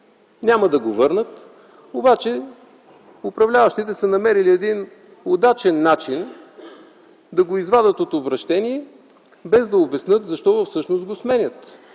Няма да го върнат, обаче управляващите са намерили един удачен начин да го извадят от обръщение, без да обяснят защо всъщност го сменят.